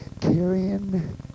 carrying